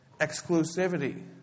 exclusivity